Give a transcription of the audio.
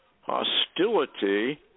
hostility